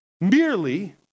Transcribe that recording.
merely